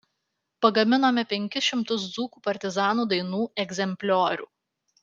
pagaminome penkis šimtus dzūkų partizanų dainų egzempliorių